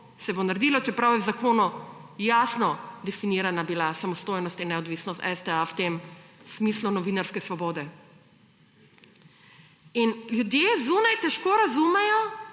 se bo naredilo, čeprav je v zakonu jasno definirana bila samostojnost in neodvisnost STA v tem smislu novinarske svobode. Ljudje zunaj težko razumejo,